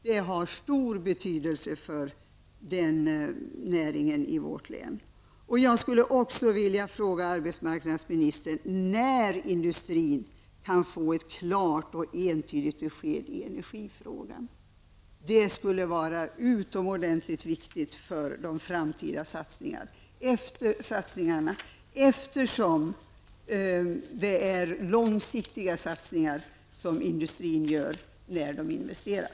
Det har stor betydelse för den näringen i vårt län. När kan industrin få ett klart och entydigt besked i energifrågan? Det är mycket viktigt för den framtida satsningen, eftersom industrin gör långsiktiga satsningar när den investerar.